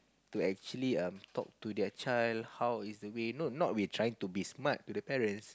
to actually um talk to their child how is it the way not we trying to be smart to the parents